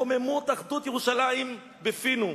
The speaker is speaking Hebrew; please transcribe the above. רוממות אחדות ירושלים בפינו,